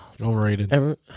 Overrated